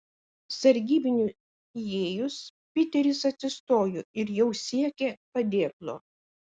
sargybiniui įėjus piteris atsistojo ir jau siekė padėklo